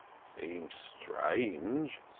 seems strange,